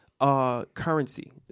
currency